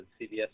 CBS